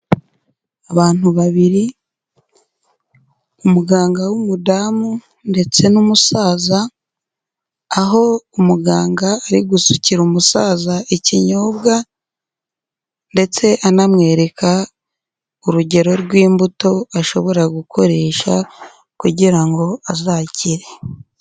Abantu babiri umuganga w'umudamu ndetse n'umusaza, aho umuganga ari gusukira umusaza ikinyobwa ndetse anamwereka urugero rw'imbuto ashobora gukoresha kugirango azakire.